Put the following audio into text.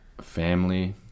Family